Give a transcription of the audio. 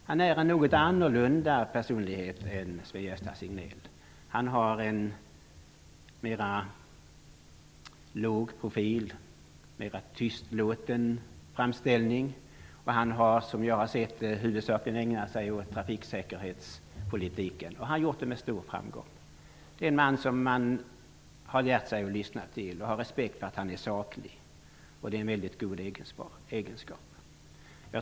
Han är en något annorlunda personlighet än Sven-Gösta Signell. Sten-Ove Sundström har en mera låg profil, en mera tystlåten framställning. Han har huvudsakligen ägnat sig åt trafiksäkerhetspolitiken, och det har han gjort med stor framgång. Sten-Ove Sundström är en man som man har lärt sig att lyssna till och man har respekt för hans saklighet, och det är en väldigt god egenskap.